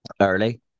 early